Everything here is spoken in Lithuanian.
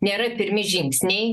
nėra pirmi žingsniai